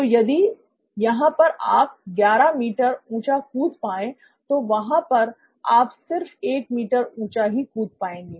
तो यदि यहां पर आप 11 मीटर ऊंचा कूद पाएं तो वहां पर आप सिर्फ 1 मीटर ऊंचा ही कूद पाएंगे